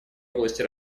области